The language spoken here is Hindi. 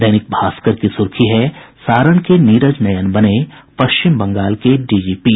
दैनिक भास्कर की सुर्खी है सारण के नीरज नयन बने पश्चिम बंगाल के डीजीपी